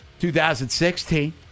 2016